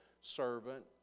servant